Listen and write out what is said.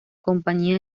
compañía